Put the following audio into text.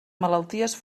malalties